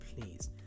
please